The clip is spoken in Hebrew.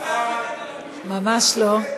אני בעד, ממש לא.